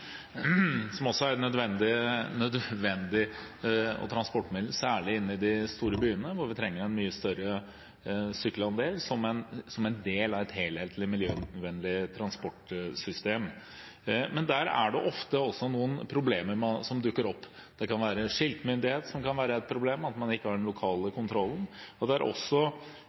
som også er et nødvendig transportmiddel, særlig i de store byene, hvor vi trenger en mye større sykkelandel som en del av et helhetlig miljøvennlig transportsystem. Men der er det ofte også noen problemer som dukker opp. Det kan være et problem med skiltmyndighet, at man ikke har den lokale kontrollen, og det kan være uenigheter om hvilke standarder man legger til grunn for sykkelnettet. I Oslo er